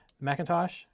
Macintosh